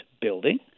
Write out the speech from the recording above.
building